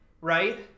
right